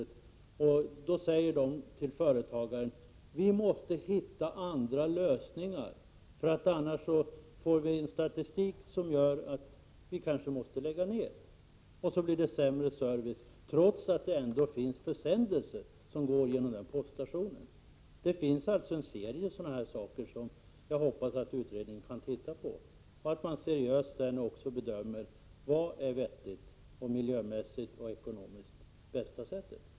På postkontoret säger man att nya lösningar måste hittas, eftersom postkontoret annars får en statistik som leder till att det kanske måste läggas ned. Då blir det också sämre service, trots att försändelser går via denna poststation. Det finns alltså många sådana saker som jag hoppas att utredningen kan se över. Jag förutsätter att den också bedömer vilket som är det vettigaste och miljömässigt och ekonomiskt bästa sättet.